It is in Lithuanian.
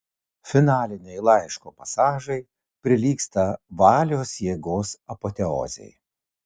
finaliniai laiško pasažai prilygsta valios jėgos apoteozei